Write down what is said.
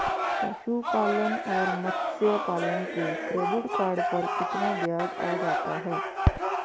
पशुपालन और मत्स्य पालन के क्रेडिट कार्ड पर कितना ब्याज आ जाता है?